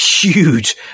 huge